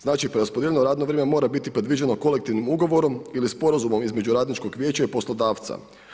Znači preraspodijeljeno radno vrijeme mora biti predviđeno kolektivnim ugovorom ili sporazumom između radničkog vijeća i poslodavca.